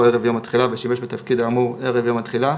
ערב יום תחילה ושימש בתפקיד האמור ערב יום התחילה,